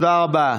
תודה רבה.